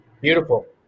Beautiful